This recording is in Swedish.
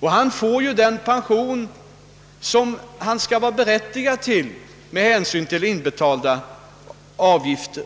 och han får den pension som han är berättigad till med hänsyn till sina inbetalda avgifter.